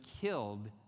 killed